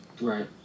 Right